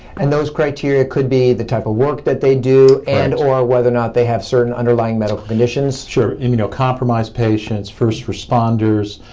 and those criteria could be the type of work that they do, and or whether or not they have certain underlying medical conditions? sure, immunocompromised patients, first responders.